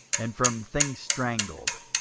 and from things strangled,